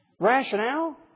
rationale